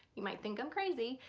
you might think i'm crazy,